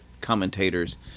commentators